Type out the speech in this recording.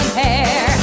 hair